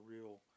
real